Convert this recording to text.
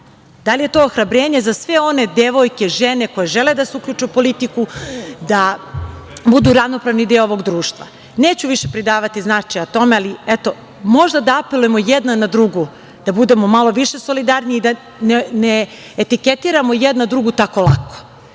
Da li je to ohrabrenje za sve one devojke, žene koje žele da se uključe u politiku, da budu ravnopravni deo ovog društva? Neću više pridavati značaja tome, ali eto, možda da apelujemo jedna na drugu da budemo malo više solidarnije i da ne etiketiramo jedna drugu tako lako,